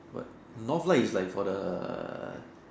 but NorthLight is like for the